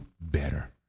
better